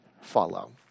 follow